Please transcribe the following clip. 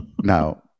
Now